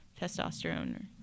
Testosterone